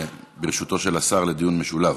ברשותו של השר, לדיון משולב.